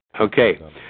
Okay